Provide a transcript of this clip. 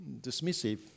dismissive